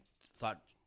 thought